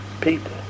people